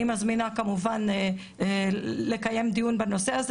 אני מזמינה כמובן לקיים דיון בנושא הזה